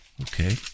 Okay